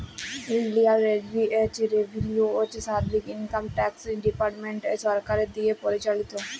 ইলডিয়াল revenue service income tax department সরকারের দিঁয়ে পরিচালিত